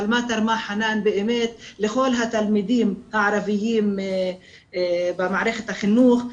אבל מה תרמה חנאן באמת לכל התלמידים הערביים במערכת החינוך?